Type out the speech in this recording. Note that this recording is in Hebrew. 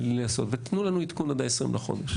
ותנו לנו עדכון עד ה-20 בחודש.